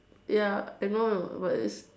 ya I know but it's